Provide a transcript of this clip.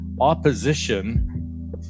opposition